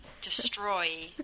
destroy